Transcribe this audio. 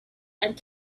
and